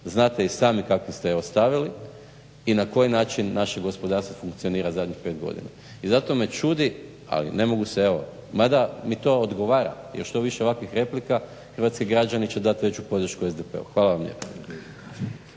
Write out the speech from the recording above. znate i sami kakvu ste je ostavili i na koji način naše gospodarstvo funkcionira zadnjih 5 godina. I zato me čudi, ali ne mogu se evo mada mi to odgovara jer što više ovakvih replika hrvatski građani će dati veću podršku SDP-u. Hvala vam lijepa.